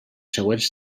següents